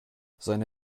seine